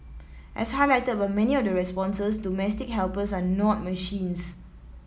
as highlighted by many of the responses domestic helpers are not machines